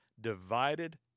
divided